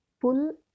pull